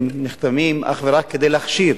נחתמים אך ורק כדי להכשיר